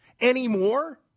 anymore